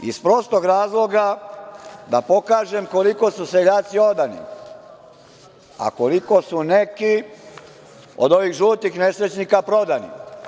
Iz prostog razloga da pokažem koliko su seljaci odani, a koliko su neki od ovih žutih nesrećnika prodani.